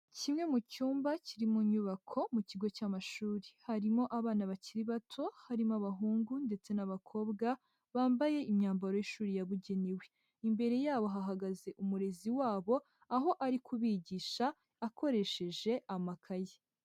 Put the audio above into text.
Kimwe mu cyumba kiri mu nyubako mu kigo cy'amashuri. Harimo abana bakiri bato, harimo abahungu ndetse n'abakobwa, bambaye imyambaro y'ishuri yabugenewe. Imbere yabo hahagaze umurezi wabo, aho ari kubigisha akoresheje amakaye.